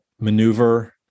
maneuver